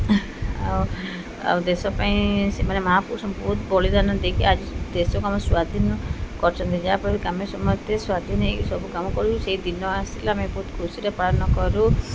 ଆଉ ଆଉ ଦେଶ ପାଇଁ ସେମାନେ ମହାପୁରୁଷ ବହୁତ ବଳିଦାନ ଦେଇକି ଆଜି ଦେଶକୁ ଆମେ ସ୍ଵାଧୀନ କରିଛନ୍ତି ଯାହା ଫଳରେ ଆମେ ସମସ୍ତେ ସ୍ଵାଧୀନ ହେଇକି ସବୁ କାମ କରୁ ସେହି ଦିନ ଆସିଲେ ଆମେ ବହୁତ ଖୁସିରେ ପାଳନ କରୁ